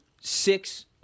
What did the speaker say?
six